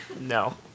no